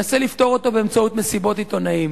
באמצעות מסיבות עיתונאים.